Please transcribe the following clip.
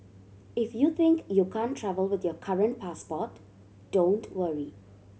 if you think you can't travel with your current passport don't worry